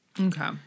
Okay